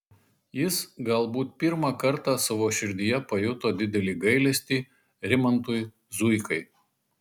jis galbūt pirmą kartą savo širdyje pajuto didelį gailestį rimantui zuikai